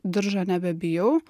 diržo nebebijau